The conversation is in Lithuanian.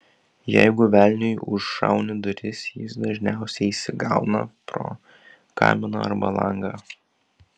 jeigu velniui užšauni duris jis dažniausiai įsigauna pro kaminą arba langą